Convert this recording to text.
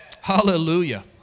Hallelujah